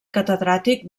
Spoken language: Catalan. catedràtic